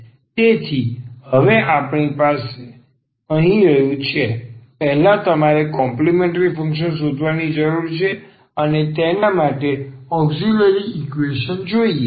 તેથી આપણી પાસે અહીં શું છે પહેલા તમારે કોમ્પલિમેન્ટ્રી ફંક્શન શોધવાની જરૂર છે અને તેના માટે અહીં ઔક્ષીલરી ઈકવેશન જોઈએ